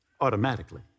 automatically